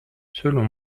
selon